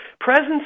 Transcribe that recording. Presence